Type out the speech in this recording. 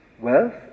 wealth